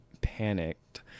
panicked